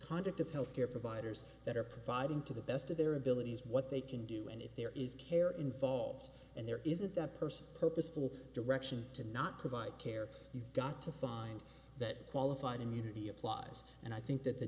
conduct of health care providers that are providing to best the to their abilities what they can do and if there is care involved and there isn't that person purposeful direction to not provide care you've got to find that qualified immunity applause and i think that the